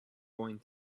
going